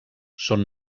són